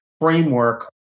framework